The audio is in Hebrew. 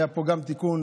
היה פה גם תיקון